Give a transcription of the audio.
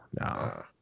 no